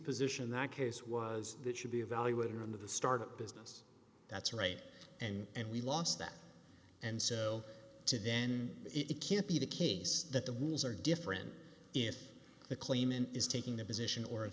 position in that case was that should be evaluated in the start business that's right and we lost that and so to then it can't be the case that the rules are different if the claimant is taking the position or